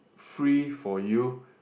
free for you